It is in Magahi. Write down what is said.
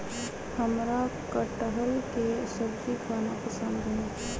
हमरा कठहल के सब्जी खाना पसंद हई